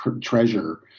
treasure